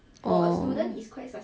orh